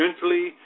gently